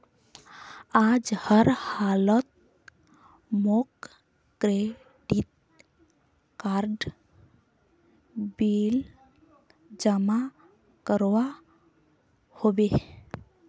आज हर हालौत मौक क्रेडिट कार्डेर बिल जमा करवा होबे